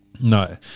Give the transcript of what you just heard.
no